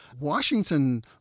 Washington